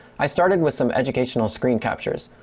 i started with some educational screen captures.